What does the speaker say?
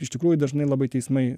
iš tikrųjų dažnai labai teismai